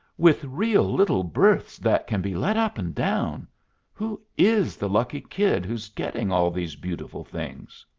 with real little berths that can be let up and down who is the lucky kid who's getting all these beautiful things?